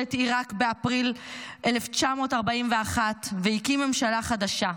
בממשלת עיראק באפריל 1941 והקים ממשלה חדשה.